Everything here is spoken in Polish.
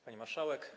Pani Marszałek!